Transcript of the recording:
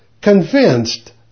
convinced